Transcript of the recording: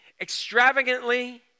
extravagantly